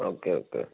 okay okay